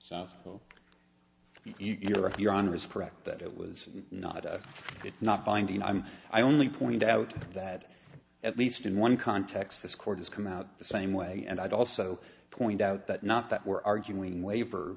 if your honor is perfect that it was not a good not finding i'm i only point out that at least in one context this court has come out the same way and i'd also point out that not that we're arguing waiver